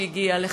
שהגיעה לכאן.